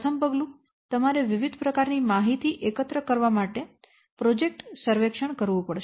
પ્રથમ પગલું તમારે વિવિધ પ્રકાર ની માહિતી એકત્રિત કરવા માટે પ્રોજેક્ટ સર્વેક્ષણ કરવું પડશે